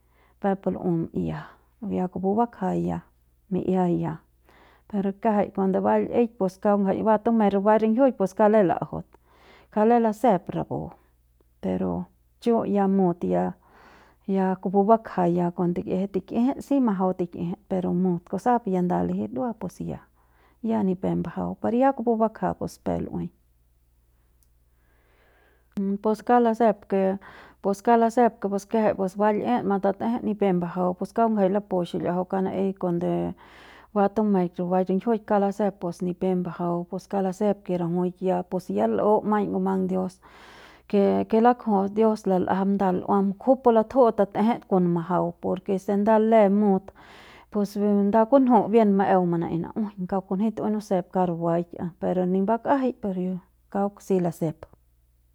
Peuk pu lu'um ya ya kupu bakja ya mi'ia ya pero kiajai cuando ba l'eik pus kauk ngjai ba tumeik rubaik ringiujuik pus kauk lem la'ajaut kauk lem lasep rapu pero chu ya mut ya ya kupu bakja ya kuande tikijit tikijit si majau tikijit pero mut kusap ya liji nda dua pus ya ya ni pep mbajau per ya kupu bakja pus peuk lu'uei. Pus kauk lasep ke pus kauk lasep ke kiajai pus ba l'it matatejet ni pep mbajau pus kauk ngjai lapu xil'iajau kauk naei kuande batumeik rubaik ringiujuik pus kauk lasep ni pep mbajau pus kauk lasep ke rajuik ya pus ya l'u maiñ ngumang dios ke ke lakju'uts dios lal'ajam nda l'uam kujupu latju'u tatejet kon majau por ke se nda le mut pus nda kunju bien maeu manaei na'ujuiñ kauk kunji tu'uei nusep kauk rubaik pero ni mbakjai pero kauk si lasep.